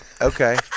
Okay